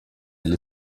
alle